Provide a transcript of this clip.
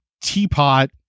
teapot